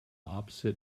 opposite